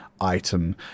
item